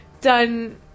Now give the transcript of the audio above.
done